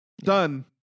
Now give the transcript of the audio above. done